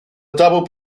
double